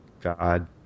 God